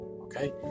Okay